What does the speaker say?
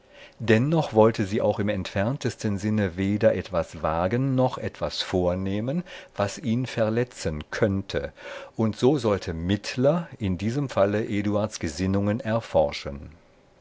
dennoch wollte sie auch im entferntesten sinne weder etwas wagen noch etwas vornehmen das ihn verletzen könnte und so sollte mittler in diesem falle eduards gesinnungen erforschen